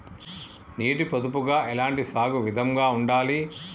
నీటి పొదుపుగా ఎలాంటి సాగు విధంగా ఉండాలి?